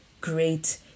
great